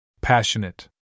Passionate